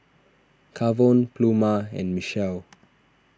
Kavon Pluma and Michele